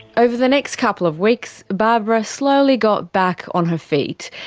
over the next couple of weeks, barbara slowly got back on her feet.